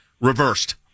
reversed